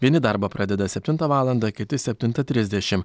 vieni darbą pradeda septintą valandą kiti septintą trisdešim